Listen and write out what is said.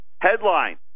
headline